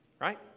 Right